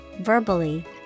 verbally